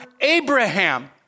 Abraham